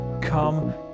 Come